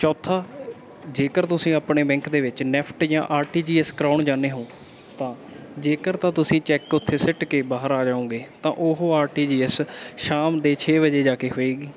ਚੌਥਾ ਜੇਕਰ ਤੁਸੀਂ ਆਪਣੇ ਬੈਂਕ ਦੇ ਵਿੱਚ ਨੈਫਟ ਜਾਂ ਆਰ ਟੀ ਜੀ ਐਸ ਕਰਵਾਉਣ ਜਾਂਦੇ ਹੋ ਤਾਂ ਜੇਕਰ ਤਾਂ ਤੁਸੀਂ ਚੈੱਕ ਉਥੇ ਸਿੱਟ ਕੇ ਬਾਹਰ ਆ ਜਾਓਗੇ ਤਾਂ ਉਹ ਆਰ ਟੀ ਜੀ ਐਸ ਸ਼ਾਮ ਦੇ ਛੇ ਵਜੇ ਜਾ ਕੇ ਹੋਏਗੀ